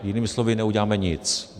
Jinými slovy, neuděláme nic.